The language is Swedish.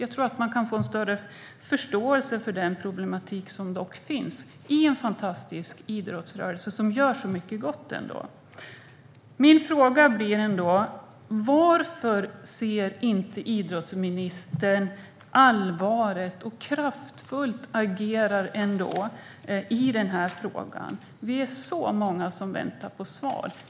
Jag tror att man kan få större förståelse för den problematik som ändå finns i en i övrigt fantastisk idrottsrörelse som gör mycket gott. Min fråga är varför idrottsministern inte ser allvaret och kraftfullt agerar i den här frågan. Vi är många som väntar på svar.